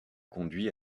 conduit